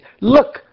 look